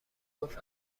گفت